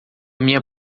minha